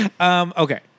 Okay